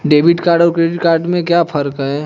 Debit और credit में क्या फर्क है?